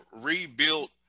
rebuilt